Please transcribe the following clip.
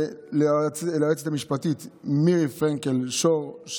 ליועצת המשפטית של הוועדה מירי פרנקל שור,